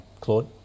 claude